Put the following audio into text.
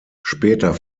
später